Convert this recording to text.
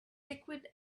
liquid